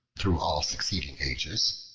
through all succeeding ages,